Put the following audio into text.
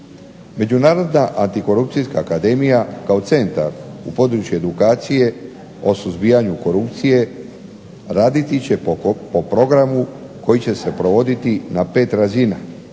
Međunarodna antikorupcijska akademija kao centar u području edukacije o suzbijanju korupcije raditi će po programu koji će se provoditi na 5 razina,